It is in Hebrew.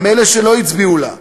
גם אלה שלא הצביעו לה,